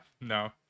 no